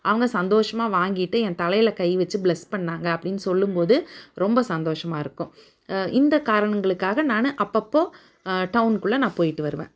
அவங்க சந்தோஷமாக வாங்கிட்டு என் தலையில் கை வெச்சு பிலெஸ் பண்ணாங்க அப்படின்னு சொல்லும்போது ரொம்ப சந்தோஷமாக இருக்கும் இந்த காரணங்களுக்காக நான் அப்போப்போ டவுன்குள்ளே நான் போயிட்டு வருவேன்